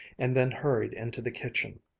and then hurried into the kitchen.